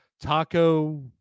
taco